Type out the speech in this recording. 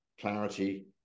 clarity